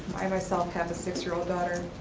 i myself have six-year-old daughter,